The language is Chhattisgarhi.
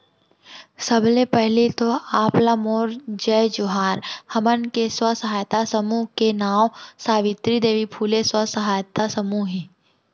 सबले पहिली तो आप ला मोर जय जोहार, हमन के स्व सहायता समूह के नांव सावित्री देवी फूले स्व सहायता समूह हे